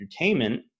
entertainment